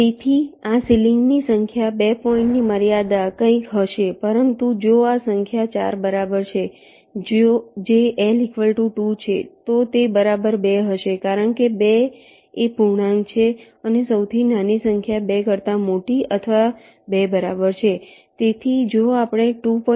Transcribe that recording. તેથી આ સીલિંગ ની સંખ્યા 2 પોઈન્ટની મર્યાદા કંઈક 3 હશે પરંતુ જો આ સંખ્યા 4 બરાબરછે જે L2 છે તો તે બરાબર 2 હશે કારણ કે 2 એ પૂર્ણાંક છે અને સૌથી નાની સંખ્યા 2 કરતાં મોટી અથવા 2 બરાબર છે તેથી જો આપણે 2